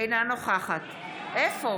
נגד מיכל רוזין, אינה נוכחת שמחה רוטמן,